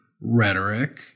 rhetoric